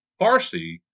Farsi